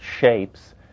shapes